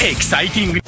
Exciting